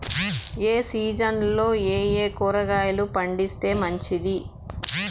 ఏ సీజన్లలో ఏయే కూరగాయలు పండిస్తే మంచిది